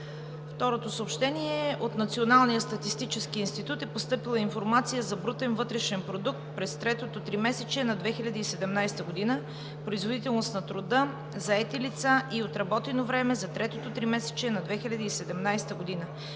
Народното събрание. - От Националния статистически институт е постъпила информация за брутен вътрешен продукт през третото тримесечие на 2017 г.: „Производителност на труда, заети лица и отработено време за третото тримесечие на 2017 г.“.